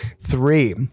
three